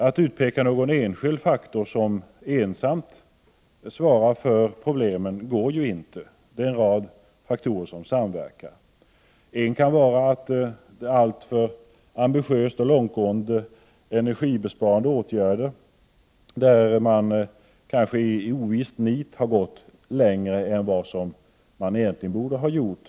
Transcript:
Att utpeka någon enskild faktor som ensam svarar för problemen går inte, utan det är en rad faktorer som samverkar. En kan vara alltför ambitiösa och långtgående energibesparande åtgärder, där man kanske i ovist nit har gått längre än man egentligen borde ha gjort.